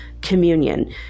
communion